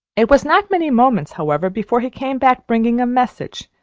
it was not many moments, however, before he came back bringing a message.